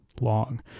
long